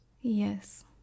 Yes